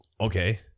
okay